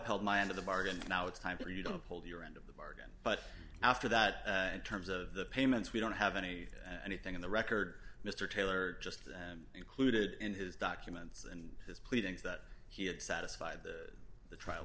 upheld my end of the bargain now it's time for you don't hold your end of the bargain but after that in terms of the payments we don't have any anything in the record mr taylor just included in his documents and his pleadings that he had satisfied the trial